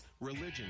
religion